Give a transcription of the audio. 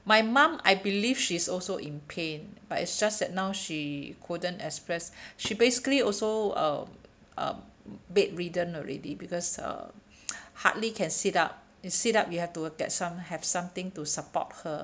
my mum I believe she's also in pain but it's just that now she couldn't express she basically also uh uh bedridden already because uh hardly can sit up if sit up you have to get some have something to support her